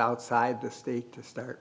outside the state to start